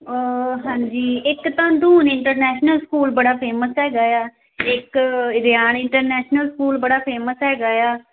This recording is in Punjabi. ਹਾਂਜੀ ਇੱਕ ਤਾਂ ਧੂਨ ਇੰਟਰਨੈਸ਼ਨਲ ਸਕੂਲ ਬੜਾ ਫੇਮਸ ਹੈਗਾ ਆ ਇੱਕ ਇਡੀਆਣ ਇੰਟਰਨੈਸ਼ਨਲ ਸਕੂਲ ਬੜਾ ਫੇਮਸ ਹੈਗਾ ਆ